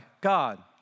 God